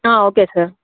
okay sir